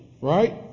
Right